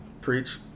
Preach